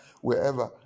wherever